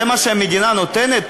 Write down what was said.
זה מה שהמדינה נותנת?